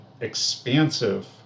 expansive